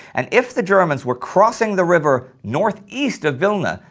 and if the germans were crossing the river northeast of vilna,